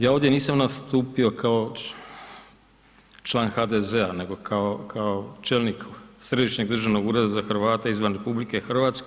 Ja ovdje nisam nastupio kao član HDZ-a nego kao čelnik Središnjeg državnog Ureda za Hrvate izvan RH.